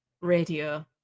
radio